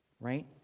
right